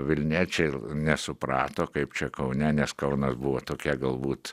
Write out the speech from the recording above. vilniečiai nesuprato kaip čia kaune nes kaunas buvo tokia galbūt